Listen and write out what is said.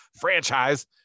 franchise